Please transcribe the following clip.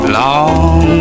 long